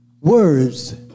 words